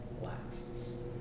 lasts